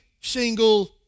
single